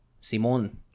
Simon